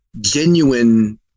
genuine